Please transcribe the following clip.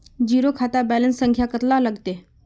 Zero खाता balance संख्या कतला लगते?